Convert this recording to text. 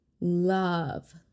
love